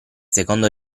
secondo